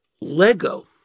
Lego